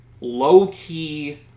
low-key